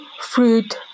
fruit